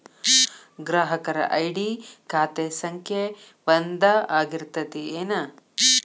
ಗ್ರಾಹಕರ ಐ.ಡಿ ಖಾತೆ ಸಂಖ್ಯೆ ಒಂದ ಆಗಿರ್ತತಿ ಏನ